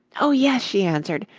oh, yes, she answered,